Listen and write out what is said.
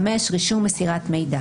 רישום מסירת מידע